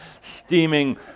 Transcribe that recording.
steaming